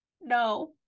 no